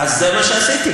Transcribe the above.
אז זה מה שעשיתי.